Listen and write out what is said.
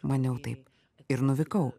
maniau taip ir nuvykau